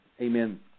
amen